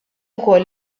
ukoll